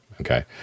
okay